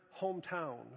hometown